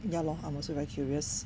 ya lah I'm also very curious